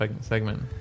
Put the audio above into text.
segment